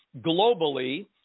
globally